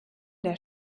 der